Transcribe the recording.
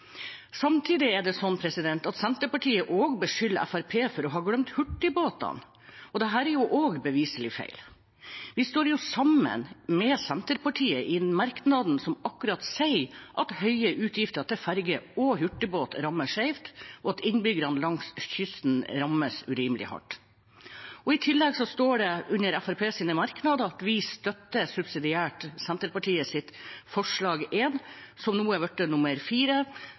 Samtidig er det sånn at Senterpartiet også beskylder Fremskrittspartiet for å ha glemt hurtigbåtene. Dette er også beviselig feil. Vi står jo sammen med Senterpartiet i merknaden som akkurat sier at høye utgifter til ferge og hurtigbåt rammer skjevt, og at innbyggerne langs kysten rammes urimelig hardt. I tillegg står det under Fremskrittspartiets merknader at vi støtter subsidiært Senterpartiets forslag nr. 1, som nå